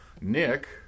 Nick